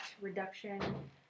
reduction